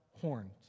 horns